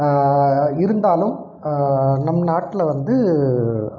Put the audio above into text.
இருந்தாலும் நம் நாட்டில் வந்து